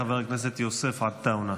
חבר הכנסת יוסף עטאונה.